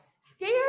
Scared